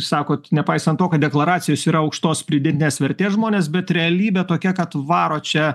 sakot nepaisant to kad deklaracijos yra aukštos pridėtinės vertės žmones bet realybė tokia kad varo čia